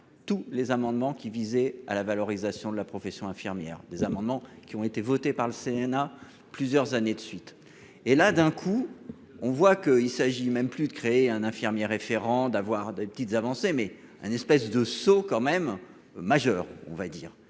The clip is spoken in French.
Tous les amendements qui visaient à la valorisation de la profession infirmière des amendements qui ont été votées par le Sénat. Plusieurs années de suite et là d'un coup on voit que il s'agit même plus de créer un infirmier référant d'avoir des petites avancées mais un espèce de seau quand même majeur. On va dire